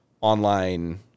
online